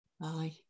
Bye